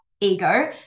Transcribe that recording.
ego